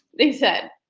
they said.